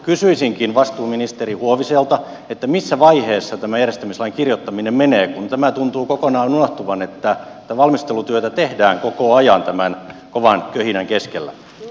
kysyisinkin vastuuministeri huoviselta missä vaiheessa tämä järjestämislain kirjoittaminen menee kun tämä tuntuu kokonaan unohtuvan että valmistelutyötä tehdään koko ajan tämän kovan köhinän keskellä